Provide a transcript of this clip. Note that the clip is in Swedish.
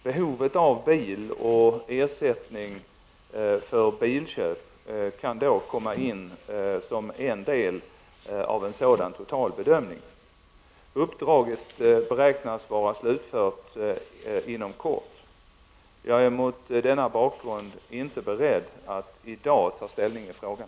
Behovet av bil och ersättning för bilköp kan då komma in som en del av en sådan total bedömning. Uppdraget beräknas vara slutfört inom kort. Jag är mot denna bakgrund inte beredd att i dag ta ställning i frågan.